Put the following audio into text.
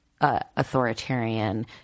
authoritarian